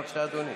אלא יש